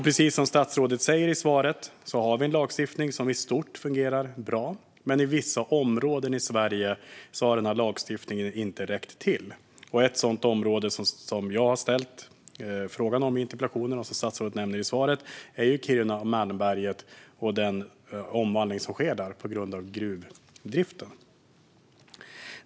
Precis som statsrådet sa i svaret har vi en lagstiftning som i stort fungerar bra, men i vissa områden i Sverige har denna lagstiftning inte räckt till. Ett sådant område, som jag har ställt en fråga om i interpellationen och som statsrådet nämnde i svaret, är ju Kiruna och Malmberget, med den omvandling som sker där på grund av gruvdriften.